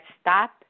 stop